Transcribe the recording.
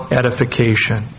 edification